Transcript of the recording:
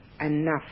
enough